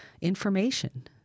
information